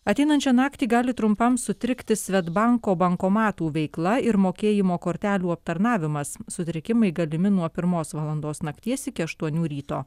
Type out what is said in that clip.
ateinančią naktį gali trumpam sutrikti svedbanko bankomatų veikla ir mokėjimo kortelių aptarnavimas sutrikimai galimi nuo pirmos valandos nakties iki aštuonių ryto